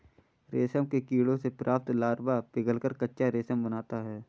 रेशम के कीड़ों से प्राप्त लार्वा पिघलकर कच्चा रेशम बनाता है